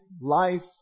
life